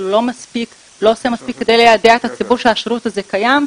אבל הוא לא עושה מספיק כדי ליידע את הציבור שהשירות הזה קיים,